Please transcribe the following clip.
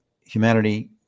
humanity